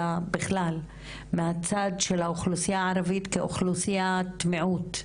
אלא בכלל - מהצד של האוכלוסייה הערבית כאוכלוסיית מיעוט,